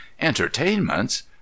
Entertainments